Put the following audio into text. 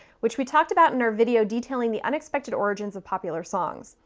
which we talked about in our video detailing the unexpected origins of popular songs.